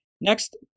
Next